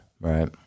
Right